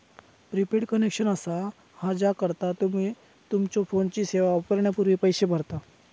prepaid connection असा हा ज्याकरता तुम्ही तुमच्यो फोनची सेवा वापरण्यापूर्वी पैसो भरता